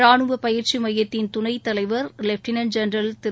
ராணுவ பயிற்சி மையத்தின் துணைத் தலைவர் லெப்டினென்ட் ஜெனரல் திரு